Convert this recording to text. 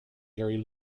gary